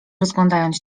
rozglądając